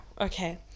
Okay